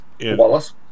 Wallace